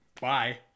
Bye